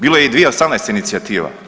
Bilo je i 2018. inicijativa.